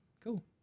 Cool